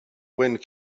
wind